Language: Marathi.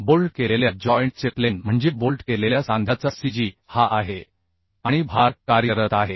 बोल्ट केलेल्या जॉइंट चे प्लेन म्हणजे बोल्ट केलेल्या सांध्याचा cg हा आहे आणि भार कार्यरत आहे